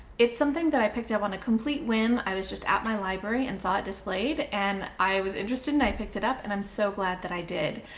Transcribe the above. it's something that i picked up on a complete whim. i was just at my library and saw it displayed and i was interested and i picked it up. and i'm so glad that i did.